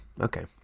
okay